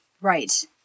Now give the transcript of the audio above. Right